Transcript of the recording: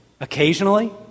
Occasionally